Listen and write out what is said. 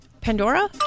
Pandora